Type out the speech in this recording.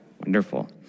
Wonderful